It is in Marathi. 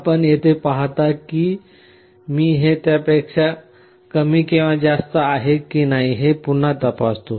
आपण येथे पाहता मी हे त्यापेक्षा कमी किंवा जास्त आहे की नाही हे पुन्हा तपासतो